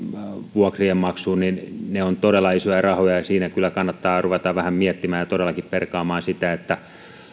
vuokrien maksuun ovat todella isoja rahoja ja siinä kyllä kannattaa ruveta jo vähän miettimään ja todellakin perkaamaan sitä